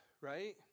right